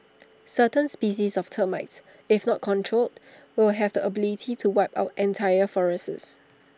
certain species of termites if not controlled will have the ability to wipe out entire forests